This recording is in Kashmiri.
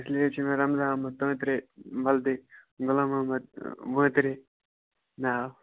اِسلیے چھِ مےٚ رَمزان احمد تٲنٛترے وَلدِ غُلام احمد وٲنٛترے ناو